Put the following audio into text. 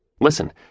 listen